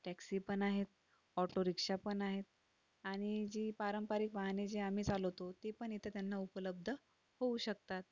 टॅक्सीपण आहेत ऑटोरिक्षापण आहेत आणि जी पारंपरिक वाहने जे आम्ही चालवतो ते पण इथे त्यांना उपलब्ध होऊ शकतात